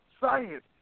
science